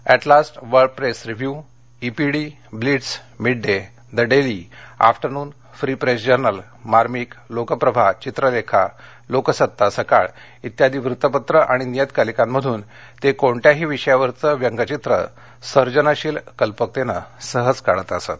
at last World Press Review इ पीडी Blitz Mid Day The Daily Afternoon Free Press Journal Marmik Lokprabha Chitralekha Loksatta Sakal आदी वृत्तपत्रं आणि नियतकालकांमधून ते कोणत्याही विषयावरचे व्यंगचित्रं सर्जनशील कल्पकतेने सहज काढत असत